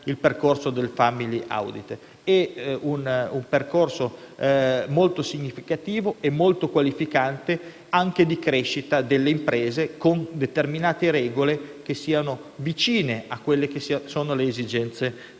il percorso del *family audit*. È un percorso molto significativo e qualificante anche di crescita delle imprese con determinate regole che siano vicine alle esigenze delle